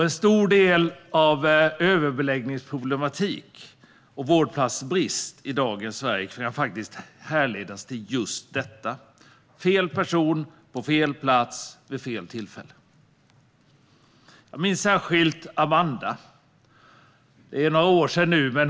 En stor del av överbeläggningsproblematiken och vårdplatsbristen i dagens Sverige kan härledas till just detta - fel person på fel plats vid fel tillfälle. Jag minns särskilt Amanda. Det är några år sedan nu.